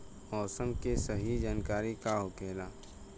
मौसम के सही जानकारी का होखेला?